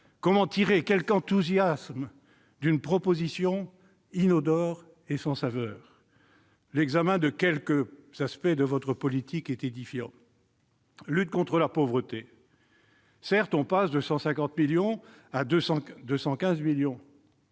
Comment tirer quelque enthousiasme d'une proposition inodore et sans saveur ? L'examen de quelques aspects de votre politique est édifiant. En matière de lutte contre la pauvreté, on passe certes de 150 millions à 215 millions